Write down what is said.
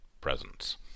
presence